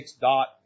dot